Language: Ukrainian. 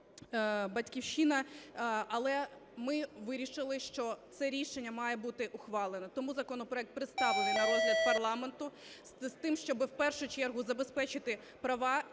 "Батьківщина", але ми вирішили, що це рішення має бути ухвалене. Тому законопроект представлений на розгляд парламенту, з тим щоби в першу чергу забезпечити права